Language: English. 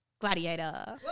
gladiator